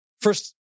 first